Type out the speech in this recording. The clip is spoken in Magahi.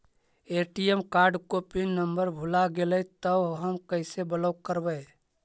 ए.टी.एम कार्ड को पिन नम्बर भुला गैले तौ हम कैसे ब्लॉक करवै?